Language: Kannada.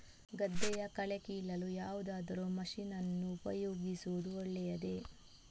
ಗದ್ದೆಯ ಕಳೆ ಕೀಳಲು ಯಾವುದಾದರೂ ಮಷೀನ್ ಅನ್ನು ಉಪಯೋಗಿಸುವುದು ಒಳ್ಳೆಯದೇ?